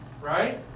right